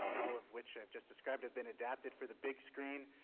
all of which i've just described have been adapted for the big screen.